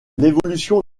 l’évolution